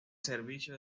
servicio